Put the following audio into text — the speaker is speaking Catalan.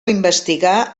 investigar